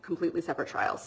completely separate trials